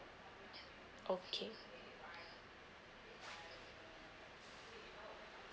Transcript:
okay